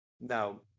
Now